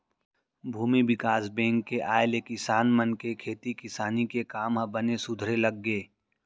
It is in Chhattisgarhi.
भूमि बिकास बेंक के आय ले किसान मन के खेती किसानी के काम ह बने सुधरे लग गे